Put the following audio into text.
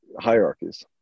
hierarchies